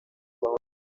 kubaho